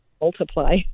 multiply